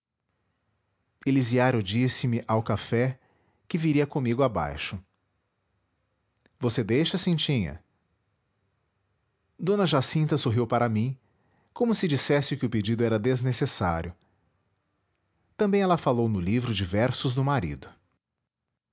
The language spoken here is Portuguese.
bonita elisiário disse-me ao café que viria comigo abaixo você deixa cintinha d jacinta sorriu para mim como se dissesse que o pedido era desnecessário também ela falou no livro de versos do marido